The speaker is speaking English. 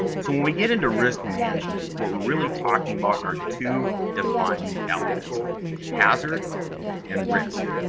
so, when we get into risk management, what we're really talking about are two defining elements hazard and risk.